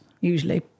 usually